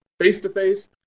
Face-to-face